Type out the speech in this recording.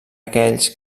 aquells